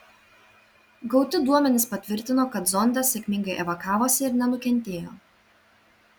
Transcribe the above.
gauti duomenys patvirtino kad zondas sėkmingai evakavosi ir nenukentėjo